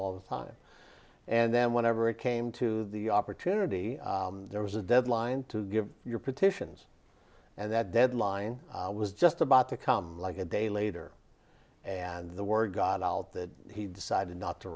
all the time and then whenever it came to the opportunity there was a deadline to give your petitions and that deadline was just about to come like a day later and the word got out that he decided not to